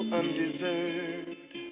undeserved